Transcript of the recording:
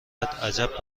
عجب